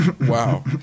Wow